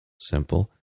simple